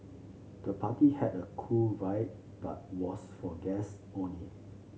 the party had a cool vibe but was for guests only